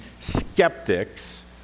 skeptics